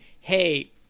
hey